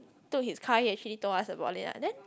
took his car he actually told us about it ah then